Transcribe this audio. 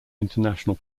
international